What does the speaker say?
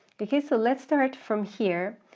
okay, so let's start from here,